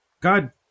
God